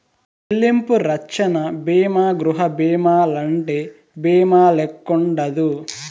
చెల్లింపు రచ్చన బీమా గృహబీమాలంటి బీమాల్లెక్కుండదు